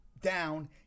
down